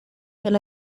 can